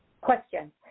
Question